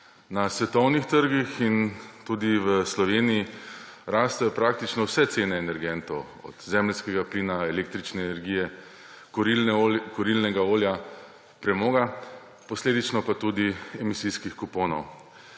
Na svetovnih trgih in tudi v Sloveniji rastejo praktično vse cene energentov, od zemeljskega plina, električne energije, kurilnega olja, premoga, posledično pa tudi emisijskih kuponov.